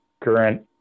current